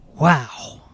wow